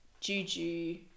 juju